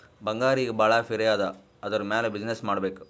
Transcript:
ಬಂಗಾರ್ ಈಗ ಭಾಳ ಪಿರೆ ಅದಾ ಅದುರ್ ಮ್ಯಾಲ ಬಿಸಿನ್ನೆಸ್ ಮಾಡ್ಬೇಕ್